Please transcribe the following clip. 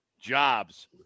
jobs